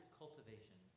cultivation